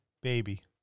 baby